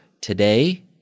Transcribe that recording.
today